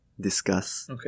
discuss